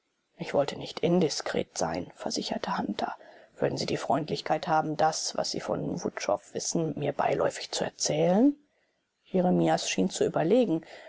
ich wollte nicht indiskret sein versicherte hunter würden sie die freundlichkeit haben das was sie von wutschow wissen mir beiläufig zu erzählen jeremias schien zu überlegen